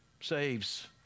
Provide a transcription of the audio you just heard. saves